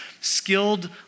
skilled